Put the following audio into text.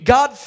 God